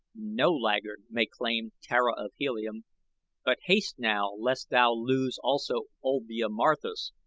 no laggard may claim tara of helium but haste now lest thou lose also olvia marthis,